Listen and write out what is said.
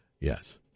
Yes